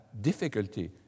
difficulty